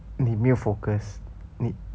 你没有 focus 你